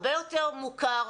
הרבה יותר מוכר,